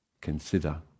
consider